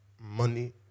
money